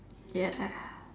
ya